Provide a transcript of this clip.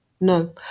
no